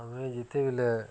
ଆମ ଯେତେବେଲେ